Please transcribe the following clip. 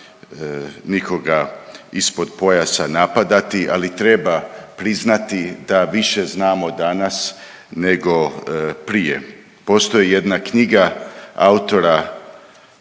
nikoga ispod pojasa napadati, ali treba priznati da više znamo danas nego prije. postoji jedna knjiga autora